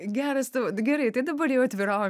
geras tavo gerai tai dabar jau atviraujam